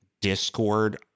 Discord